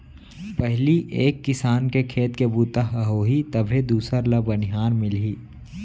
पहिली एक किसान के खेत के बूता ह होही तभे दूसर ल बनिहार मिलही